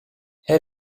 her